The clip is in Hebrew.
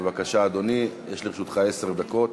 בבקשה, אדוני, יש לרשותך עשר דקות.